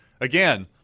Again